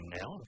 now